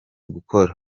gukora